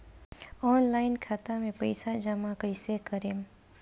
Online खाता मे पईसा जमा कइसे करेम?